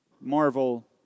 marvel